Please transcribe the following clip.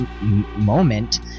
moment